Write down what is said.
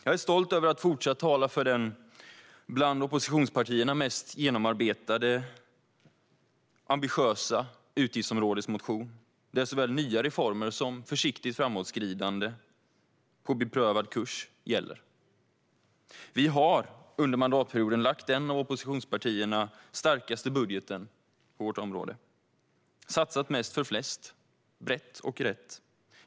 Jag är stolt över att fortsatt tala för den bland oppositionspartierna mest genomarbetade och ambitiösa utgiftsområdesmotionen, där såväl nya reformer som försiktigt framåtskridande på beprövad kurs gäller. Vi har under mandatperioden lagt fram den bland oppositionspartierna starkaste budgeten på utskottets beredningsområde. Vi har satsat mest för flest, brett och rätt.